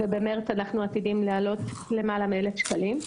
במרס זה עתיד לעלות לנו למעלה מ-1,000 שקלים.